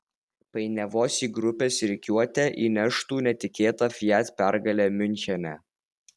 painiavos į grupės rikiuotę įneštų netikėta fiat pergalė miunchene